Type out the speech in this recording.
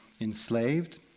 enslaved